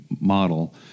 model